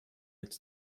its